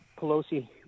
Pelosi